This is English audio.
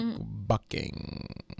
bucking